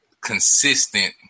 consistent